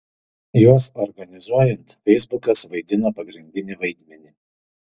juos organizuojant feisbukas vaidino pagrindinį vaidmenį